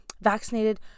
vaccinated